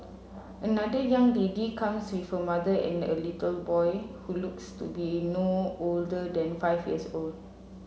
another young lady comes with her mother and a little boy who looks to be no older than five years old